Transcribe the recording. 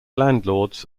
landlords